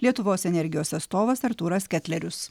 lietuvos energijos atstovas artūras ketlerius